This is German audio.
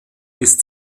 ist